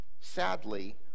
sadly